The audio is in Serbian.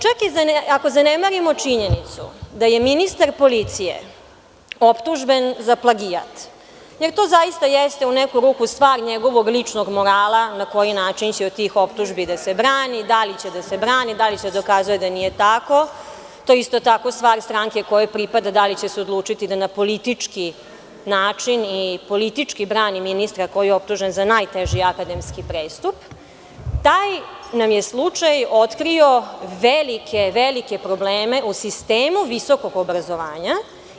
Čak i ako zanemarimo činjenicu da je ministar policije optužen za plagijat, to zaista jeste u neku ruku stvar njegovog ličnog morala na koji način će od tih optužbi da se brani, da li će da se brani, da li će da dokazuje da nije tako, to je isto stvar stranke kojoj pripada da li će se odlučiti da na politički način i politički brani ministra koji je optužen za najteži akademski prestup, taj nam je slučaj otkrio velike probleme u sistemu visokog obrazovanja.